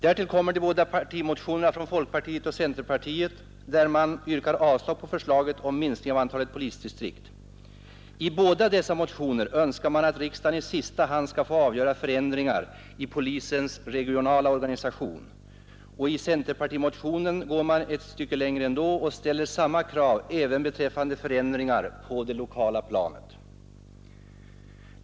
Därtill kommer de båda partimotionerna från folkpartiet och centerpartiet, där man yrkar avslag på förslaget om en minskning av antalet polisdistrikt. I båda dessa motioner önskar man att riksdagen i sista hand skall få avgöra förändringar i polisens regionala organisation, och i centerpartimotionen går man ett steg längre och ställer samma krav beträffande förändringar på det lokala planet.